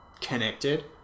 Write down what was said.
connected